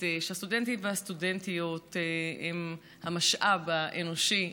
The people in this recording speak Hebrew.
שהסטודנטים והסטודנטיות הם המשאב האנושי,